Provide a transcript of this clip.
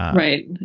right,